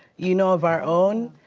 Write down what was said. you know, of our own?